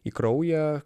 į kraują